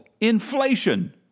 inflation